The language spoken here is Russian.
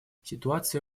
ситуация